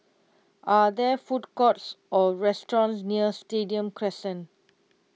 are there food courts or restaurants near Stadium Crescent